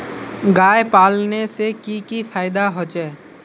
गाय पालने से की की फायदा होचे?